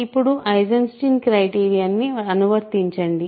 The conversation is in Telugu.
ఇప్పుడు ఐసెన్స్టీన్ క్రైటీరియన్ ని అనువర్తించండి